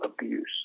abuse